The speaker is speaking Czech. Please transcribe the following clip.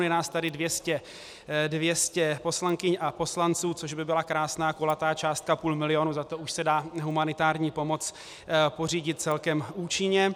Je nás tady 200 poslankyň a poslanců, což by byla krásná kulatá částka půl milionu, za to už se dá humanitární pomoc pořídit celkem účinně.